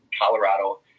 Colorado